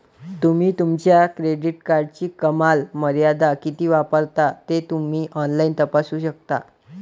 तुम्ही तुमच्या क्रेडिट कार्डची कमाल मर्यादा किती वापरता ते तुम्ही ऑनलाइन तपासू शकता